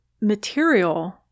material